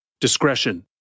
Discretion